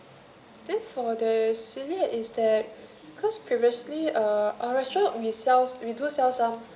this for the senior instead cause previously err our restaurant we sell we do sell some